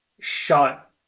shot